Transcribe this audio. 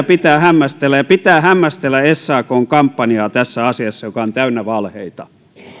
pitää hämmästellä ja pitää hämmästellä sakn kampanjaa tässä asiassa joka on täynnä valheita